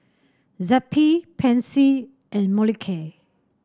Zappy Pansy and Molicare